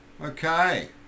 okay